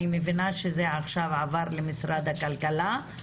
אני מבינה שזה עכשיו עבר למשרד הכלכלה,